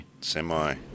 Semi